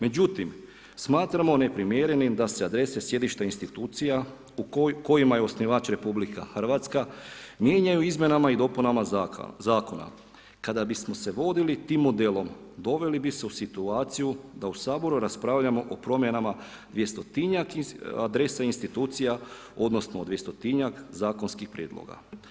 Međutim smatramo neprimjerenim da se adrese sjedišta institucija kojima je osnivač RH mijenjaju izmjenama i dopunama zakona. kada bismo se vodili tim modelom doveli bi se u situaciju da u Saboru raspravljamo o promjenama 200-njak adresa institucija odnosno 200-njak zakonskih prijedloga.